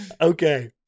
Okay